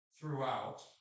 throughout